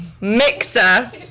mixer